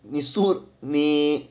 你输你